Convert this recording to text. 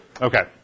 Okay